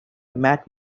matt